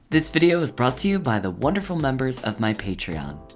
this video is brought to you by the wonderful members of my patreon.